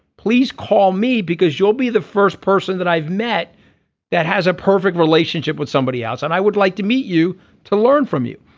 please call me because you'll be the first person that i've met that has a perfect relationship with somebody else and i would like to meet you to learn from you.